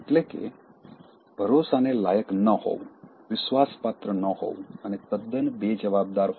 એટ્લે કે ભરોસાને લાયક ના હોવું વિશ્વાસપાત્ર ન હોવું અને તદ્દન બેજવાબદાર હોવું